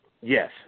Yes